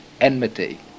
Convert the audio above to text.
enmity